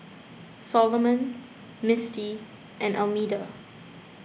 Solomon Misti and Almeda